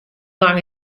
lang